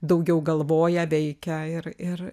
daugiau galvoja veikia ir ir